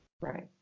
Right